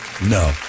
No